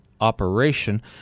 operation